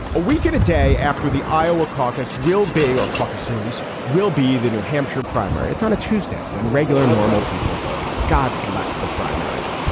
a week and a day after the iowa caucus will be or caucuses will be the new hampshire primary. it's on a tuesday when regular normal people vote. god bless the primaries.